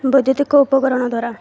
ବୈଦ୍ୟୁତିକ ଉପକରଣ ଦ୍ୱାରା